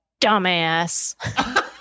dumbass